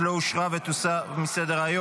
לא נתקבלה.